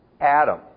Adam